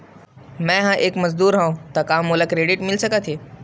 मैं ह एक मजदूर हंव त का मोला क्रेडिट मिल सकथे?